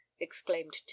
exclaimed